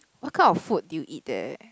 what kind of food did you eat there